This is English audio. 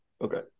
Okay